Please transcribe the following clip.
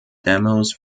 demos